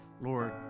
Lord